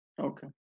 Okay